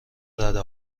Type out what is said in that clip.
رده